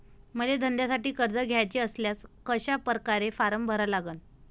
मले धंद्यासाठी कर्ज घ्याचे असल्यास कशा परकारे फारम भरा लागन?